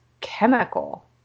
chemical